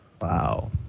Wow